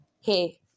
Hey